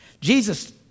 Jesus